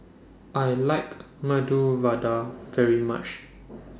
I like Medu Vada very much